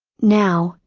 now,